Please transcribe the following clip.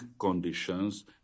conditions